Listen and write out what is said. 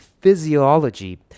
physiology